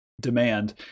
demand